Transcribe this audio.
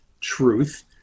truth